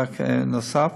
רק בנוסף,